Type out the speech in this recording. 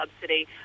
subsidy